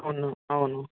అవును అవును